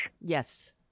Yes